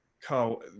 Carl